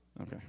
Okay